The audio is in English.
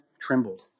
trembled